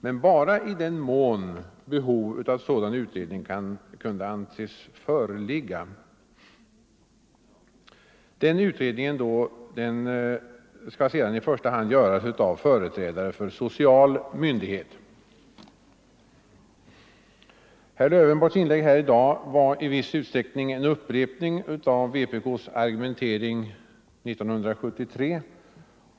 Men det skall ske bara i den mån behov av sådan utredning kunde anses föreligga. Den utredningen skall sedan i första hand göras av företrädare för social myndighet. Herr Lövenborgs inlägg i dag var i viss utsträckning en upprepning av vpk:s argumentering 1973.